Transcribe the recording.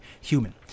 human